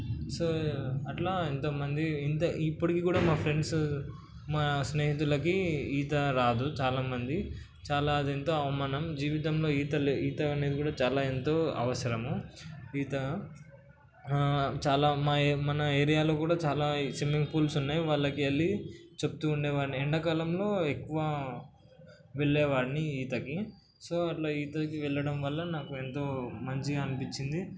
so అట్లా ఎంతో మంది ఇంత ఇప్పటికీ కూడా మా ఫ్రెండ్స్ మా స్నేహితులకి ఈత రాదు చాలా మంది చాలా అది ఎంతో అవమానం జీవితంలో ఈత ఈత అనేది కూడా చాలా ఎంతో అవసరము ఈత చాలా మా మన ఏరియాలో కూడా చాలా స్విమ్మింగ్ పూల్స్ ఉన్నాయి వాళ్ళకి వెళ్ళి చెబుతూ ఉండేవాడిని ఎండాకాలంలో ఎక్కువ వెళ్ళేవాడిని ఈతకి సో అట్లా ఈతకి వెళ్ళడం వల్ల నాకు ఎంతో మంచిగా అనిపించింది